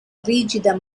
rigida